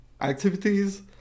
activities